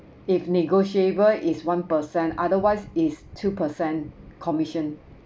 if negotiable is one per cent otherwise is two percent commission